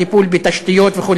טיפול בתשתיות וכו'.